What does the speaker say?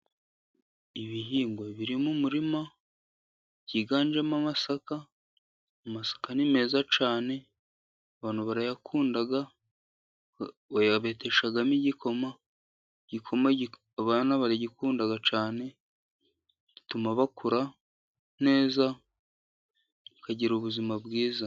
Ibihingwa biri mu murima byiganjemo amasaka. Amasaka ni meza cyane abantu barayakunda. bayabeteshamo igikoma. Igikoma abana baragikunda cyane. Gituma bakura neza bakagira ubuzima bwiza.